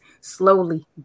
slowly